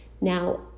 Now